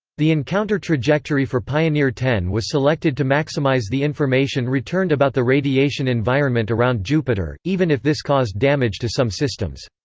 the encounter trajectory for pioneer ten was selected to maximize the information returned about the radiation environment around jupiter, even if this caused damage to some systems.